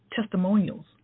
Testimonials